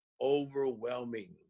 overwhelming